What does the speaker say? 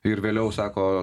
ir vėliau sako